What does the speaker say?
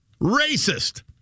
Racist